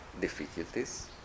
difficulties